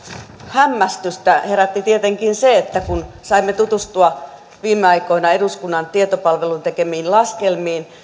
hämmästystä herätti tietenkin se että kun saimme tutustua viime aikoina eduskunnan tietopalvelun tekemiin laskelmiin